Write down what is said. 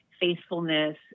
faithfulness